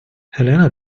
helena